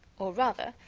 or rather,